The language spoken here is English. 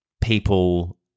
people